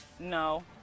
No